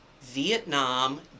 Vietnam